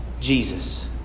Jesus